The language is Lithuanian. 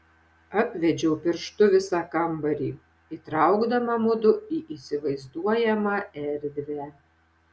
apvedžiau pirštu visą kambarį įtraukdama mudu į įsivaizduojamą erdvę